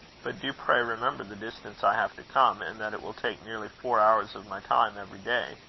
but do pray remember the distance i have to come, and that it will take nearly four hours of my time every day.